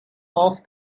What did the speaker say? off